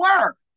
work